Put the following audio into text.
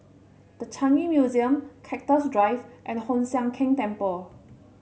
The Changi Museum Cactus Drive and Hoon Sian Keng Temple